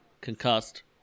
concussed